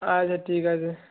আচ্ছা ঠিক আছে